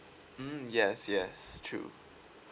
mm yes yes true